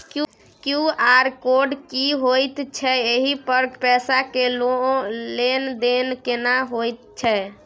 QR code की होयत छै एहि पर पैसा के लेन देन केना होयत छै?